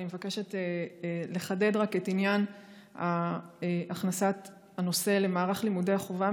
אני מבקשת לחדד רק את עניין הכנסת הנושא למערך לימודי החובה,